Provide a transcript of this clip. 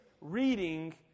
reading